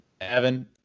Evan